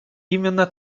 именно